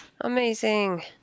amazing